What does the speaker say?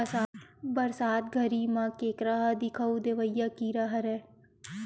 बरसात घरी म केंकरा ह दिखउल देवइया कीरा हरय